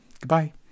goodbye